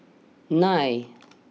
nine